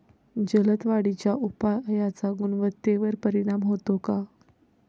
जलद वाढीच्या उपायाचा गुणवत्तेवर परिणाम होतो का?